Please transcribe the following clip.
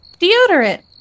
deodorant